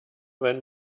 wenn